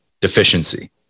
deficiency